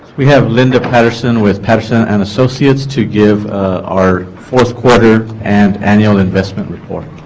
we have linda patterson with pepsin and associates to give our fourth quarter and annual investment report